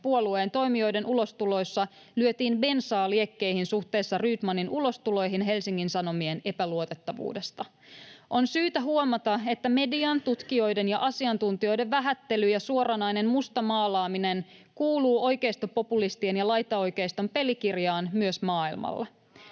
puolueen toimijoiden ulostuloissa lyötiin bensaa liekkeihin suhteessa Rydmanin ulostuloihin Helsingin Sanomien epäluotettavuudesta. On syytä huomata, että median, tutkijoiden ja asiantuntijoiden vähättely ja suoranainen mustamaalaaminen kuuluu oikeistopopulistien ja laitaoikeiston pelikirjaan myös maailmalla.